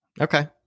Okay